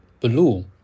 blue